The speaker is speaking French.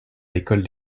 l’école